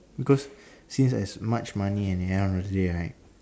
because since as much money at the end of the day right